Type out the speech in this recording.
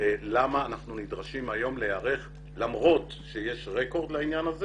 למה אנחנו נדרשים היום להיערך למרות שיש רקורד לעניין הזה.